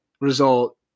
result